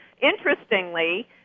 Interestingly